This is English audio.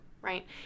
right